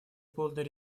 полной